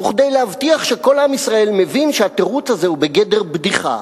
וכדי להבטיח שכל עם ישראל מבין שהתירוץ הזה הוא בגדר בדיחה,